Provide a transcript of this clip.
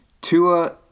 Tua